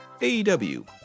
AEW